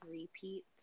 repeats